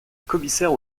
commissaire